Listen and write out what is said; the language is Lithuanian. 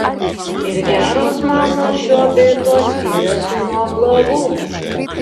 ir geros mamos šiuo bei tuo skiriasi nuo blogų